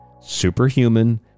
superhuman